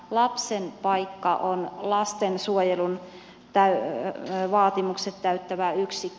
lapsen paikka on lastensuojelun vaatimukset täyttävä yksikkö